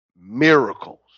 miracles